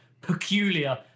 peculiar